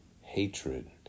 hatred